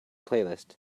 playlist